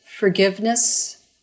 forgiveness